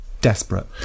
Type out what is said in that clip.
Desperate